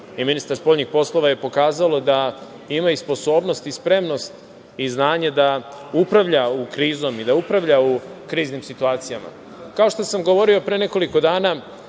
i ministar spoljnih poslova, je pokazalo da ima i sposobnost i spremnost i znanje da upravlja krizom i da upravlja u kriznim situacijama. Kao što sam govorio pre nekoliko dana,